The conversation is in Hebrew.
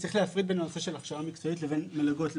צריך להפריד בין הנושא של הכשרה מקצועית לבין מלגות למשתתפות.